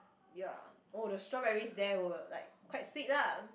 ya oh the strawberries there were like quite sweet lah